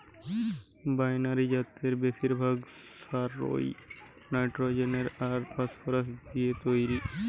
binary জাতের বেশিরভাগ সারই নাইট্রোজেন আর ফসফরাস দিয়ে তইরি